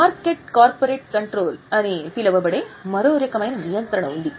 market corporate control అని పిలువబడే మరో రకమైన నియంత్రణ ఉంది